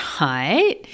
Right